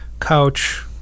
couch